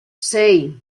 sei